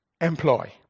employ